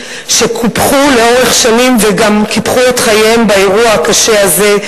שקופחו לאורך שנים וגם קיפחו את חייהם באירוע הקשה הזה.